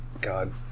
God